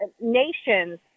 nations